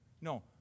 No